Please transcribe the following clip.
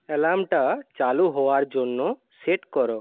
অ্যালার্মটা চালু হওয়ার জন্য সেট করো